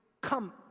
come